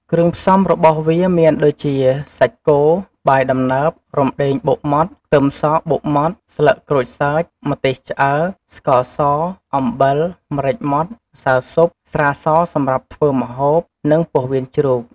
គ្រឿងផ្សំរបស់វាមានដូចជា សាច់គោ បាយដំណើប រំដេងបុកម៉ដ្ឋ ខ្ទឹមសបុកម៉ដ្ឋ ស្លឹកក្រូចសើច ម្ទេសឆ្អើរ ស្ករស អំបិល ម្រេចម៉ដ្ឋ ម្សៅស៊ុប ស្រាសម្រាប់ធ្វើម្ហូប និង ពោះវៀនជ្រូក។